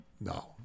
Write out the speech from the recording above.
No